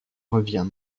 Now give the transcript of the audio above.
revient